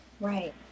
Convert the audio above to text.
right